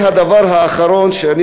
הדבר האחרון שאני